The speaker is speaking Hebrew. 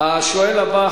השואל הבא,